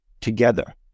together